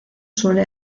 suele